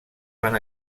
van